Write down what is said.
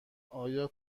آیا